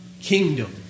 kingdom